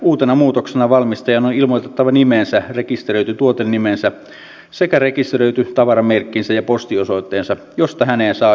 uutena muutoksena valmistajan on ilmoitettava nimensä rekisteröity tuotenimensä sekä rekisteröity tavaramerkkinsä ja postiosoitteensa josta häneen saa yhteyden